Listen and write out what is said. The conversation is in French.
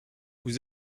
vous